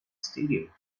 stadium